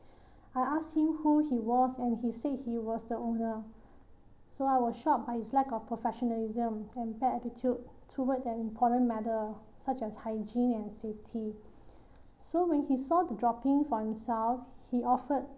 I asked him who he was and he said he was the owner so I was shocked by his lack of professionalism and bad attitude toward that important matter such as hygiene and safety so when he saw the dropping for himself he offered